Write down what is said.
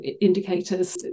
indicators